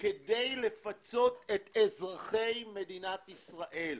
כדי לפצות את אזרחי מדינת ישראל.